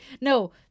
No